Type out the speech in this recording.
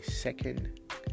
second